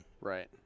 Right